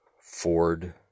Ford